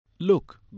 Look